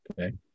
Okay